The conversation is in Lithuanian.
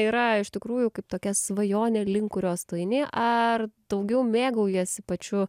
yra iš tikrųjų kaip tokia svajonė link kurios tu eini ar daugiau mėgaujiesi pačiu